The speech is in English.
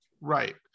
Right